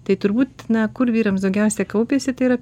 tai turbūt na kur vyrams daugiausia kaupiasi tai yra